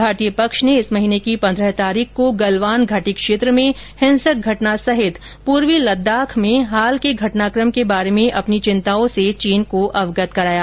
भारतीय पक्ष ने इस महीने की पन्द्रह तारीख को गलवान घाटी क्षेत्र में हिंसक घटना सहित पूर्वी लद्दाख में हाल के घटनाक्रम के बारे में अपनी चिंताओं से चीन को अवगत कराया